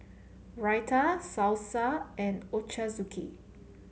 Raita Salsa and Ochazuke